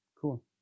Cool